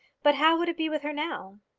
but how would it be with her now?